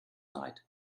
night